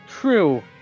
True